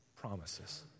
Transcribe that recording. promises